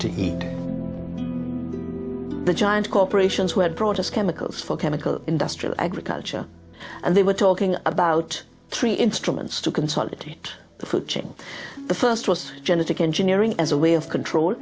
to eat the giant corporations who had brought us chemicals for chemical industrial agriculture and they were talking about three instruments to consolidate the food chain the first was genentech engineering as a way of controlling